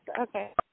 Okay